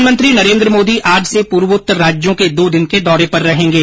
प्रधानमंत्री नरेंद्र मोदी आज से पूर्वोत्तर राज्यों के दो दिन के दौरे पर रहेंगे